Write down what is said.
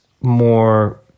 more